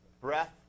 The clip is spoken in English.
breath